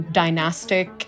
dynastic